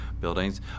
buildings